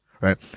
right